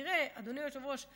אדוני היושב-ראש,